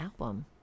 album